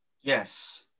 Yes